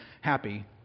happy